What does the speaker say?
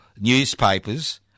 newspapers